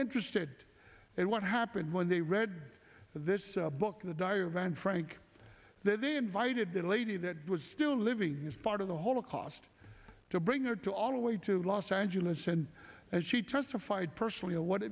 interested in what happened when they read this book in the diary of anne frank that they invited a lady that was still living in this part of the holocaust to bring her to all the way to los angeles and as she testified personally what